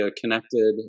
connected